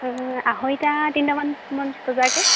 আঢ়ৈটা তিনিটামানমান বজাকে